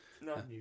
No